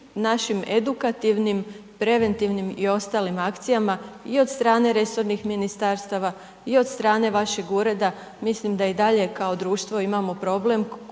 našim edukativnim, preventivnim i ostalim akcijama i od strane resornih ministarstava i od strane vašeg ureda, mislim da i dalje kao društvo imamo problem